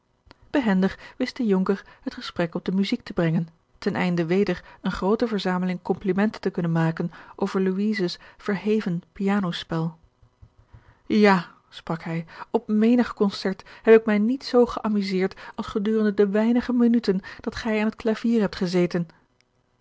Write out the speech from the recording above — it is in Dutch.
wist de jonker het gesprek op de muziek te brengen ten einde weder eene groote verzameling complimenten te kunnen maken over louise's verheven pianospel george een ongeluksvogel ja sprak hij op menig concert heb ik mij niet zoo geamuseerd als gedurende de weinige minuten dat gij aan het klavier hebt gezeten